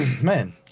Man